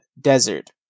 Desert